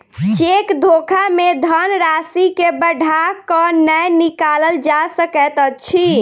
cheque धोखा मे धन राशि के बढ़ा क नै निकालल जा सकैत अछि